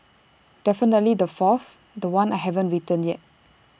definitely the fourth The One I haven't written yet